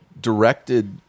directed